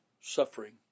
Suffering